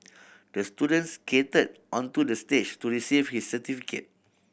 the student skated onto the stage to receive his certificate